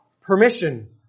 permission